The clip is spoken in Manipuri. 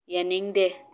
ꯌꯥꯅꯤꯡꯗꯦ